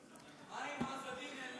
מה עם עז א-דין אל,